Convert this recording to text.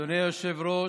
אדוני היושב-ראש,